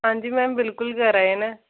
हां जी मैम बिलकुल करै दे न